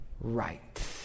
right